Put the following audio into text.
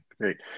great